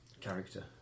character